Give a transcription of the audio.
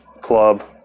club